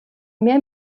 mehr